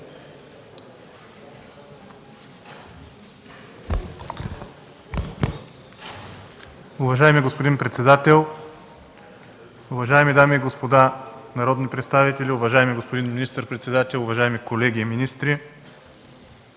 Уважаеми господин председател, уважаеми дами и господа народни представители, уважаеми господин министър-председател, уважаеми колеги министри!